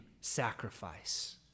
sacrifice